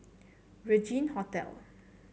Regin Hotel